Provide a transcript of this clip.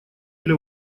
для